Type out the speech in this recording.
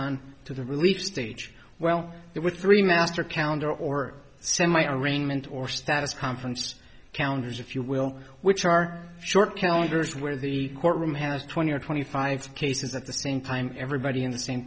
on to the relief stage well there were three master calendar or semi arraignment or status conference calendars if you will which are short calendars where the court room has twenty or twenty five cases at the same time everybody in the same